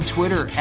Twitter